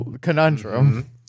conundrum